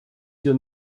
hier